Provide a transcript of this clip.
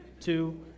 Two